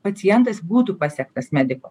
pacientas būtų pasiektas mediko